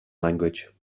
language